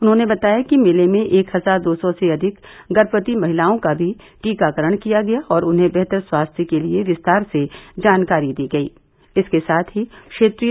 उन्होंने बताया कि मेले में एक हजार दो सौ से अधिक गर्भवती महिलाओं का भी टीकाकरण किया गया और उन्हें बेहतर स्वास्थ्य के लिए विस्तार से जानकारी दी गयी